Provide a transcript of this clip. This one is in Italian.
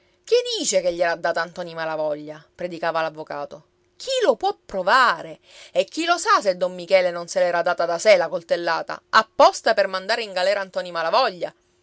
chi dice che gliel'ha data ntoni malavoglia predicava l'avvocato chi lo può provare e chi lo sa se don michele non se l'era data da sé la coltellata apposta per mandare in galera ntoni malavoglia